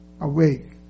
awake